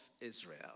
Israel